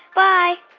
bye